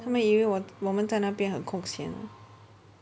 他们以为我我们在那边很空闲